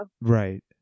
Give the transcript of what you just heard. Right